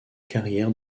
carrière